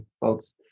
folks